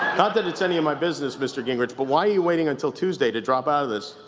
not that it's any of my business, mr. gingrich, but why are you waiting until tuesday to drop out of this?